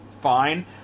fine